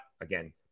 Again